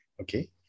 Okay